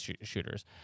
shooters